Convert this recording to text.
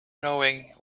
knowing